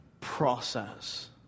process